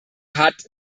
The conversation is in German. hat